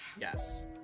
Yes